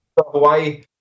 Hawaii